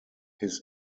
his